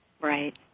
Right